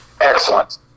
excellent